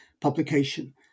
publication